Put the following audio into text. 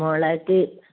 മോളായിട്ട